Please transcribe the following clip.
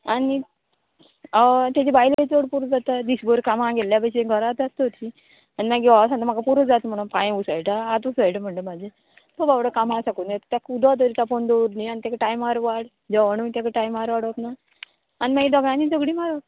आनी हय तेजी बायले चड पुरो जाता दिसभर कामां गेल्ल्या भशेन घरांत आसता हरशीं आनी मागी घोवा सांगता म्हाका पुरो जाता म्हणोन पांय उसयटा हात उसयटा म्हणटा म्हाजें तो बाबडो कामां साकून येता ताका उदक तरी तापोवन दवर न्ही आनी ताका टायमार वाड जेवणूय ताका टायमार वाडोप ना आनी मागीर दोगांनी झगडी मारप